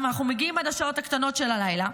אנחנו נשארים עד השעות הקטנות של הלילה,